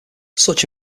such